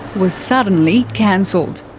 was suddenly cancelled.